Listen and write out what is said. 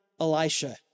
Elisha